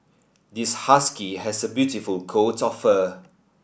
this husky has a beautiful coat of fur